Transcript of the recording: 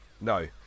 No